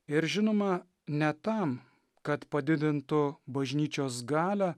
ir žinoma ne tam kad padidintų bažnyčios galią